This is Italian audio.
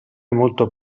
molto